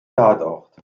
tatort